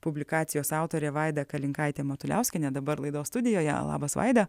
publikacijos autorė vaida kalinkaitė matuliauskienė dabar laidos studijoje labas vaida